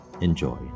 Enjoy